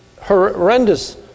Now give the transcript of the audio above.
horrendous